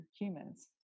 humans